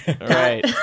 Right